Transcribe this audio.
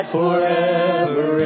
forever